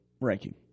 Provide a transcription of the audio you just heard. ranking